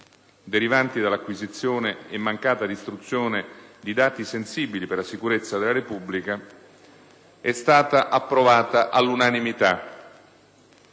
derivanti dall'acquisizione e mancata distruzione di dati sensibili per la sicurezza della Repubblica è stata approvata all'unanimità